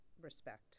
respect